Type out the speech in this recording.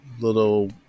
little